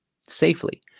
safely